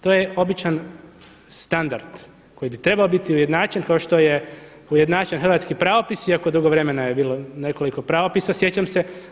To je običan standard koji bi trebao biti ujednačen kao što je ujednačen hrvatski pravopis, iako dugo vremena je bilo nekoliko pravopisa sjećam se.